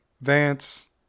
Vance